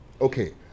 Okay